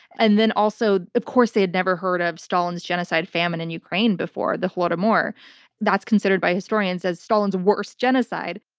and then also of course they had never heard of stalin's genocide famine in ukraine before. the holodomor. that's considered by historians as stalin's worst genocide.